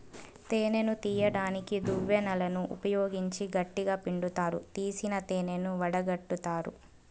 తేనెను తీయడానికి దువ్వెనలను ఉపయోగించి గట్టిగ పిండుతారు, తీసిన తేనెను వడగట్టుతారు